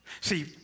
See